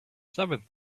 seventh